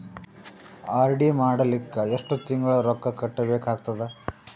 RD ಮಾಡಲಿಕ್ಕ ಎಷ್ಟು ತಿಂಗಳ ರೊಕ್ಕ ಕಟ್ಟಬೇಕಾಗತದ?